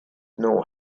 know